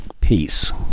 Peace